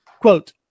Quote